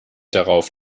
darauf